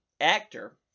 actor